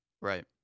Right